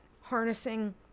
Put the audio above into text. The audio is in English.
harnessing